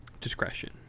discretion